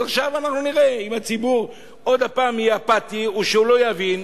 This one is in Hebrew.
אז עכשיו נראה אם הציבור יהיה שוב אפאתי או שלא יבין